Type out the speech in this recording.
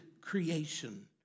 creation